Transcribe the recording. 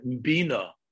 Bina